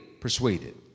persuaded